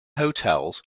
hotels